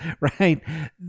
right